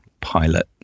pilot